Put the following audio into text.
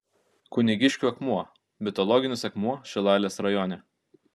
kunigiškių akmuo mitologinis akmuo šilalės rajone